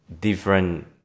different